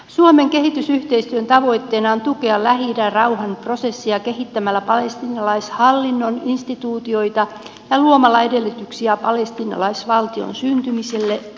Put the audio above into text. suomen kehitysyhteistyön tavoitteena on tukea lähi idän rauhanprosessia kehittämällä palestiinalaishallinnon instituutioita ja luomalla edellytyksiä palestiinalaisvaltion syntymiselle ja toiminnalle